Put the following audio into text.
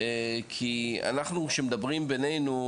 כי אנחנו כשמדברים בינינו,